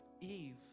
eve